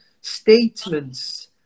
statements